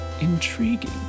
intriguing